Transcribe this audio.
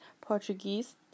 Portuguese